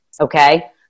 okay